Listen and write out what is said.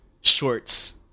shorts